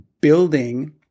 building